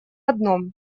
одном